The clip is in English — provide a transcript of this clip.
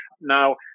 now